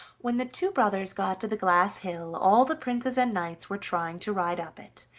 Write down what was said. when the two brothers got to the glass hill, all the princes and knights were trying to ride up it,